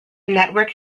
network